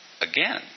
Again